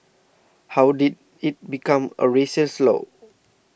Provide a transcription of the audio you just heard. how did it become a racial slur